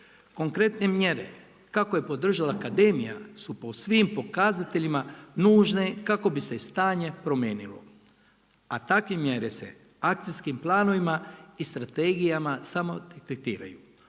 Konkretne mjere kako je podržala Akademija su po svim pokazateljima, nužne kako bi se stanje promijenilo. A takvim mjere se akcijskim planovima i strategijama samo detektiraju.